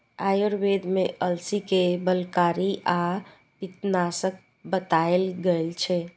आयुर्वेद मे अलसी कें बलकारी आ पित्तनाशक बताएल गेल छै